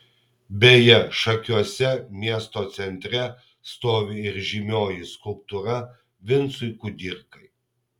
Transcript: beje šakiuose miesto centre stovi ir žymioji skulptūra vincui kudirkai